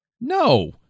no